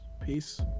Peace